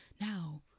now